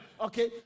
okay